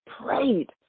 prayed